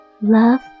Love